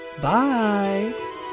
Bye